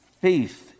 faith